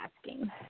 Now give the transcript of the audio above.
asking